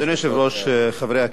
אדוני היושב-ראש, חברי הכנסת,